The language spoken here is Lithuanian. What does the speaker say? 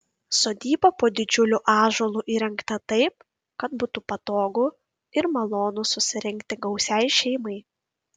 sodyba po didžiuliu ąžuolu įrengta taip kad būtų patogu ir malonu susirinkti gausiai šeimai